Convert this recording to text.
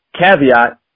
caveat